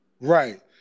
Right